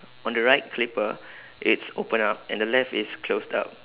on the right clipper it's open up and the left is closed up